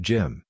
Jim